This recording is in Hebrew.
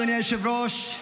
אדוני היושב-ראש.